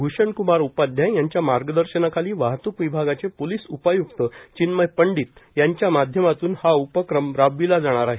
भूषणकूमार उपाध्याय यांच्या मार्गदर्शनाखाली वाहतूक विभागाचे पोलीस उपाय्क्त चिन्मय पंडित यांच्या माध्यमातून हा उपक्रम राबविला जाणार आहे